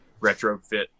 retrofit